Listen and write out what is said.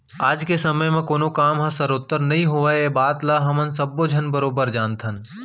आज के समे म कोनों काम ह सरोत्तर नइ होवय ए बात ल हमन सब्बो झन बरोबर जानथन